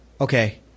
okay